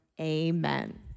Amen